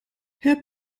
herr